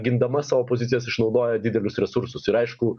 gindama savo pozicijas išnaudoja didelius resursus ir aišku